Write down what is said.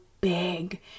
big